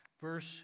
Verse